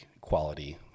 quality